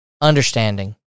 understanding